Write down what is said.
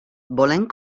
volent